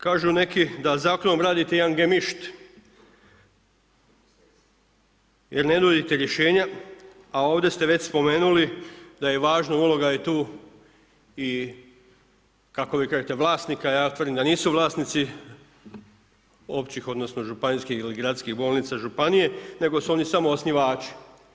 Kažu neki da zakonom radite jedan gemišt jer ne nudite rješenja a ovdje ste već spomenuli da je važna uloga i tu i kako vi kažete vlasnika a ja tvrdim da nisu vlasnici, općih, odnosno županijskih ili gradskih bolnica županije nego su oni samo osnivači.